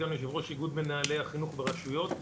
יושב ראש איגוד מנהלי החינוך ברשויות,